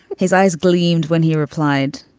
his eyes gleamed when he replied.